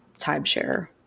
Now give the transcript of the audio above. timeshare